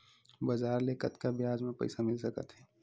बजार ले कतका ब्याज म पईसा मिल सकत हे?